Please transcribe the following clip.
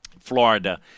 Florida